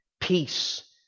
peace